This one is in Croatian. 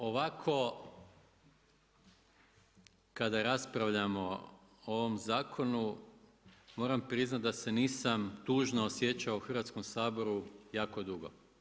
Ovako kada raspravljamo o ovom zakonu moram priznati da se nisam tužno osjećao u Hrvatskom saboru jako dugo.